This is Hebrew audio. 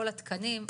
כל התקנים,